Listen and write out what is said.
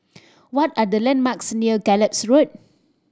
what are the landmarks near Gallop Road